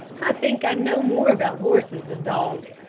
i think i know more about horses than dogs.